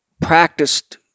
practiced